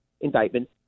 indictment